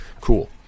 Cool